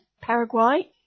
Paraguay